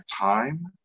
time